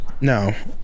No